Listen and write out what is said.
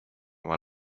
oma